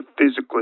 physically